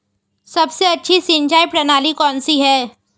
सबसे अच्छी सिंचाई प्रणाली कौन सी है?